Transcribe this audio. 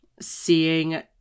seeing